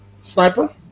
Sniper